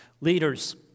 Leaders